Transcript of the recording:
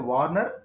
Warner